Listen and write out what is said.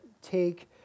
take